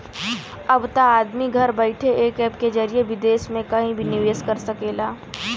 अब त आदमी घर बइठे एक ऐप के जरिए विदेस मे कहिं भी निवेस कर सकेला